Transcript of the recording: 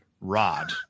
Rod